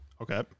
Okay